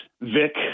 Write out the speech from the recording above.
Vic